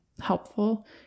helpful